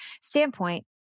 standpoint